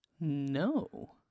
no